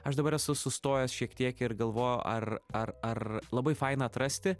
aš dabar esu sustojęs šiek tiek ir galvoju ar ar ar labai faina atrasti